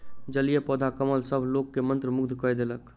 जलीय पौधा कमल सभ लोक के मंत्रमुग्ध कय देलक